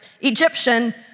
Egyptian